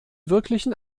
wirklichen